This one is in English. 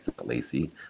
Lacey